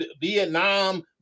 Vietnam